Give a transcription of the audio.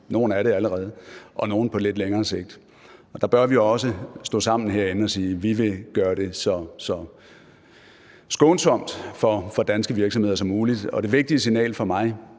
er i den situation – og nogle på lidt længere sigt. Der bør vi også stå sammen herinde og sige, at vi vil gøre det så skånsomt for danske virksomheder som muligt, og det vigtige signal for mig